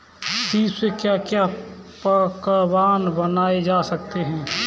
सीप से क्या क्या पकवान बनाए जा सकते हैं?